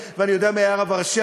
בכלל לא אכפת לך מי הרב פרץ,